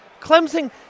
Clemson